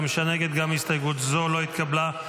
זו לא התקבלה.